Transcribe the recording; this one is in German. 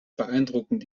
beeindruckend